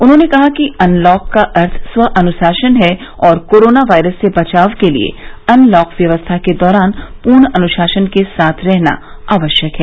उन्होंने कहा कि अनलॉक का अर्थ स्व अनुशासन है और कोरोना वायरस से बचाव के लिए अनलॉक व्यवस्था के दौरान पूर्ण अनुशासन के साथ रहना आवश्यक है